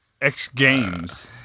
X-Games